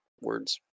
Words